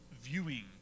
viewing